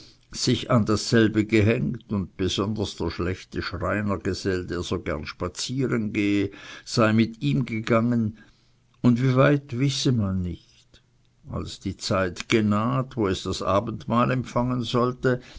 sich an dasselbe gehängt und besonders der schlechte schreinergesell der so gerne spazieren gehe sei mit ihm gegangen und wie weit wisse man nicht als die zeit genaht wo es das abendmahl empfangen sollte